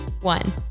one